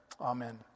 Amen